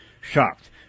shocked